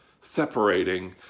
separating